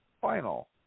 final